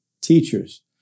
teachers